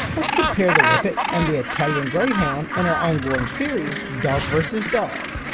let's compare the whippet and the italian greyhound in our on-going series, dog vs. dog.